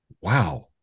Wow